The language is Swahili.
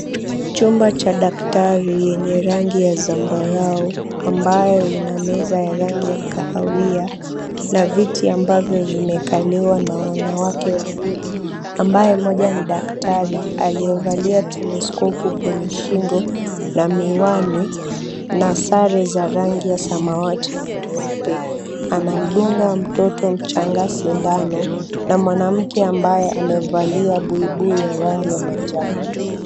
Chumba cha daktari yenye rangi ya zambarau ambayo ina meza ya rangi ya kahawia na viti ambavyo vimekaliwa na wanawake wawili, ambaye mmoja ni daktari aliyevalia telescope kwenye shingo na miwani na sare za rangi ya samawati na nyeupe, anamdunga mtoto mchanga sindano na mwanamke ambaye amevalia buibui ya rangi ya manjano.